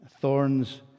thorns